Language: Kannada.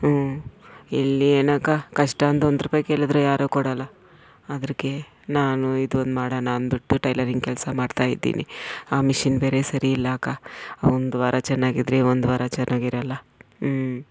ಹ್ಞೂ ಇಲ್ಲಿ ಏನಕ್ಕ ಕಷ್ಟ ಅಂತ ಒಂದು ರೂಪಾಯಿ ಕೇಳಿದ್ರೆ ಯಾರೂ ಕೊಡಲ್ಲ ಅದಕ್ಕೆ ನಾನು ಇದೊಂದು ಮಾಡೋಣ ಅಂದ್ಬಿಟ್ಟು ಟೈಲರಿಂಗ್ ಕೆಲಸ ಮಾಡ್ತಾಯಿದ್ದೀನಿ ಆ ಮಿಷಿನ್ ಬೇರೆ ಸರಿ ಇಲ್ಲ ಅಕ್ಕ ಒಂದ್ವಾರ ಚೆನ್ನಾಗಿದ್ರೆ ಒಂದ್ವಾರ ಚೆನ್ನಾಗಿರಲ್ಲ ಹ್ಞೂ